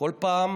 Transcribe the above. בכל פעם